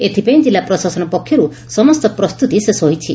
ଏଥ୍ପାଇଁ କିଲ୍ଲା ପ୍ରଶାସନ ପକ୍ଷରୁ ସମସ୍ତ ପ୍ରସ୍ତୁତି ଶେଷ ହୋଇଛି